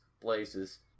places